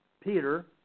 Peter